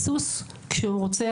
סוס כשהוא רוצה,